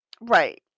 Right